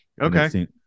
okay